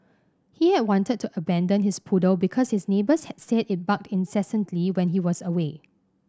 he had wanted to abandon his poodle because his neighbours had said it barked incessantly when he was away